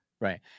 right